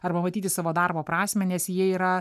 arba matyti savo darbo prasmę nes jie yra